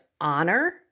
honor